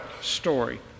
story